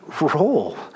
role